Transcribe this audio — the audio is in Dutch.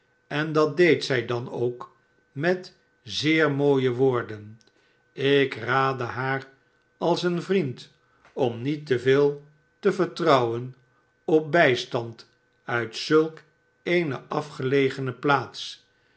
en dat deed zij dan ook met zeer mooie woorden ik raadde haar als een vriend om niet te veel te vertrouwen op bijstand uit zulk eene afgelegene plaats